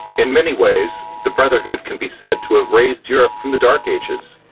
in many ways, the brotherhood can be said to have raised europe from the dark ages.